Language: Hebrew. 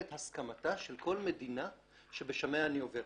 את הסכמתה של כל מדינה שבשמיה אני עובר.